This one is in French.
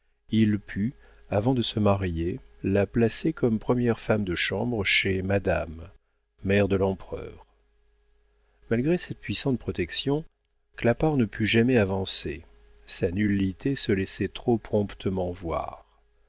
il put avant de se marier la placer comme première femme de chambre chez madame mère de l'empereur malgré cette puissante protection clapart ne put jamais avancer sa nullité se laissait trop promptement voir